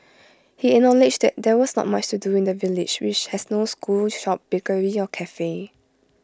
he acknowledged there was not much to do in the village which has no school shop bakery or Cafe